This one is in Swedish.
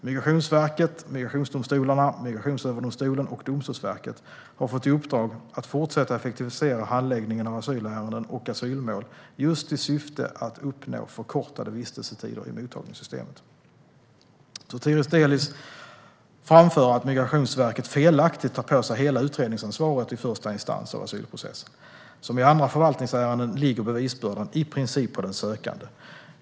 Migrationsverket, migrationsdomstolarna, Migrationsöverdomstolen och Domstolsverket har fått i uppdrag att fortsätta att effektivisera handläggningen av asylärenden och asylmål just i syfte att uppnå förkortade vistelsetider i mottagningssystemet. Sotiris Delis framför att Migrationsverket felaktigt tar på sig hela utredningsansvaret i första instans av asylprocessen. Som i andra förvaltningsärenden ligger bevisbördan i princip på den sökande.